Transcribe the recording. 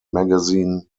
magazine